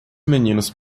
meninos